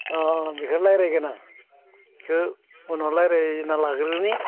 ओ बेखौ रायलायगोन आं बिखौ उनाव रायलायना लाग्रोनि